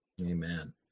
Amen